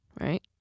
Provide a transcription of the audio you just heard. right